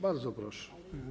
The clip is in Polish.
Bardzo proszę.